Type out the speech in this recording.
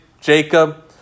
Jacob